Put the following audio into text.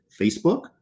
facebook